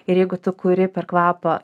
ir jeigu tu kuri per kvapą